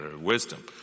wisdom